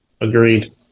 Agreed